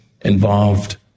involved